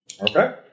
Okay